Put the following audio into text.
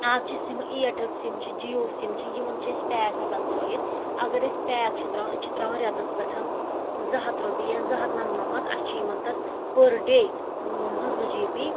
آز چھِ سِمہٕ اِیَرٹٮ۪ل سِم چھِ جِیو سِم چھِ یِمن چھِ أسۍ پیک ہٮ۪کان ترٛٲیِتھ اگر أسۍ پیک چھِ ترٛاوان أسۍ چھِ ترٛاوان رٮ۪تس پٮ۪ٹھ زٕ ہتھ رۄپیہِ یا زٕ ہتھ نَمنَمت اَسہِ چھُ یِوان تتھ پٔر ڈے زٕ زٕ جی پی